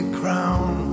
crown